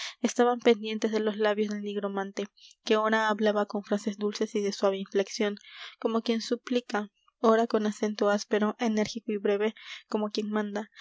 estaban pendientes de los labios del nigromante que ora hablaba con frases dulces y de suave inflexión como quien suplica ora con acento áspero enérgico y breve como quien manda